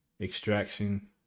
Extraction